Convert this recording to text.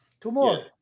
Tomorrow